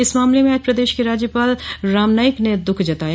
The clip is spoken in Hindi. इस मामले में आज प्रदेश के राज्यपाल राम नाईक ने द्ःख जताया